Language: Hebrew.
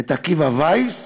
את עקיבא וייס